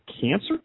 cancer